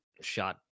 shot